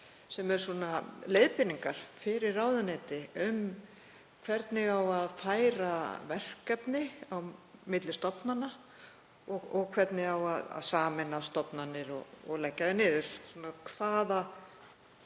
sem eru leiðbeiningar fyrir ráðuneyti um hvernig færa á verkefni á milli stofnana, hvernig á að sameina stofnanir og leggja þær niður,